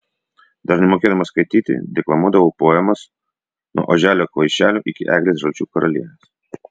dar nemokėdama skaityti deklamuodavau poemas nuo oželio kvaišelio iki eglės žalčių karalienės